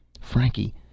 Frankie